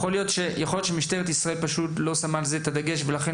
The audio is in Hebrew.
האם יכול להיות שמשטרת ישראל פשוט לא שמה על זה את הדגש ולכן